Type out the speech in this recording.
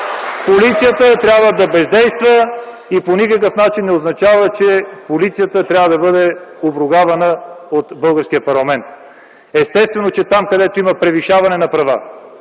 полицията трябва да бездейства и по никакъв начин не означава, че полицията трябва да бъде обругавана от българския парламент. Естествено там, където има превишаване на права,